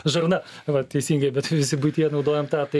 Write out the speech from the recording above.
žarna va teisingai bet visi buityje naudojam tą tai